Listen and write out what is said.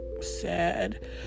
sad